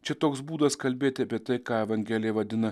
čia toks būdas kalbėt apie tai ką evangelija vadina